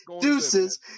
deuces